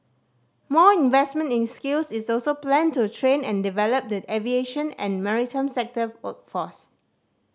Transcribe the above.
more investment in skills is also planned to train and develop the aviation and maritime sector workforce